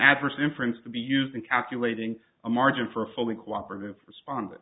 adverse inference to be used in calculating a margin for a fully cooperative responded